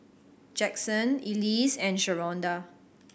Jaxson Elise and Sharonda